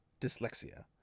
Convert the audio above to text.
Dyslexia